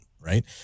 right